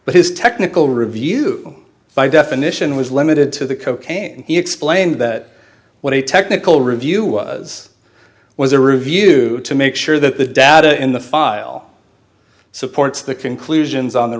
but his technical review by definition was limited to the cocaine he explained that what a technical review was was a review to make sure that the data in the file supports the conclusions on the